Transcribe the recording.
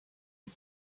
you